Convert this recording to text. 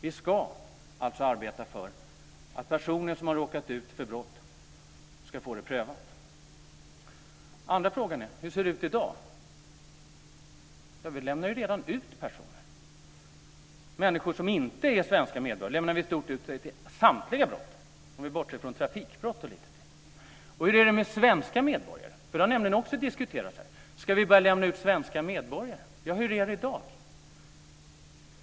Vi ska alltså arbeta för att personer som har råkat ut för brott ska få det prövat. Den andra frågan är: Hur ser det ut i dag? Vi lämnar redan ut personer. Människor som inte är svenska medborgare lämnar vi i stort sett ut för samtliga brott, bortsett från trafikbrott och liknande. Hur är det med svenska medborgare? Det har också diskuterats: Ska vi börja lämna ut svenska medborgare? Ja, hur är det i dag?